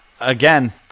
again